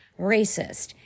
racist